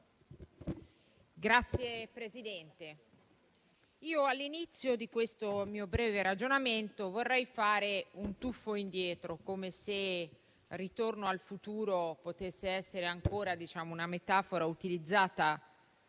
Signor Presidente, all'inizio di questo mio breve ragionamento vorrei fare un tuffo indietro, come se il ritorno al futuro potesse essere ancora una metafora utilizzata